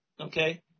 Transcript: okay